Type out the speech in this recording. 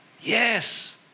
Yes